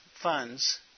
funds